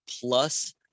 plus